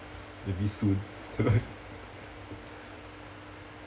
maybe soon